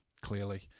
clearly